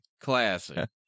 Classic